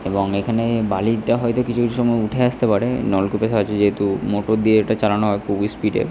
এবং এখানে বালির দেওয়া হয়তো কিছু কিছু সময় উঠে আসতে পারে নলকূপের সাহায্যে যেহেতু মোটর দিয়ে ওটা চালানো হয় খুবই স্পিডে